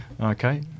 Okay